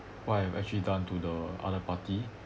what I've actually done to the other party